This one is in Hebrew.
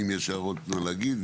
אם ישנן הערות נא להגיד.